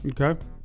Okay